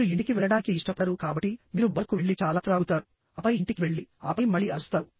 మీరు ఇంటికి వెళ్లడానికి ఇష్టపడరు కాబట్టి మీరు బార్కు వెళ్లి చాలా త్రాగుతారు ఆపై ఇంటికి వెళ్లి ఆపై మళ్ళీ అరుస్తారు